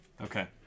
Okay